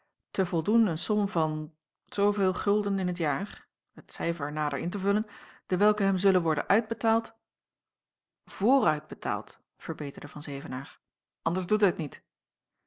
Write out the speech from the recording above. te voldoen een som van gulden in t jaar het cijfer nader in te vullen dewelke hem zullen worden uitbetaald vooruit betaald verbeterde van zevenaer anders doet hij t niet